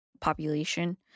population